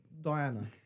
Diana